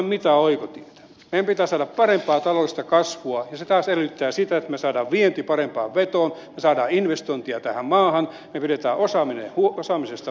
meidän pitää saada parempaa taloudellista kasvua ja se taas edellyttää sitä että me saamme viennin parempaan vetoon me saamme investointeja tähän maahan me pidämme osaamisesta huolta